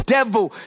Devil